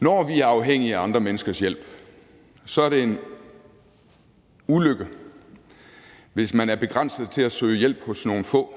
Når vi er afhængige af andre menneskers hjælp, er det en ulykke, hvis man er begrænset til at søge hjælp hos nogle få.